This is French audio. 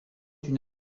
une